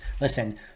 Listen